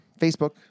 Facebook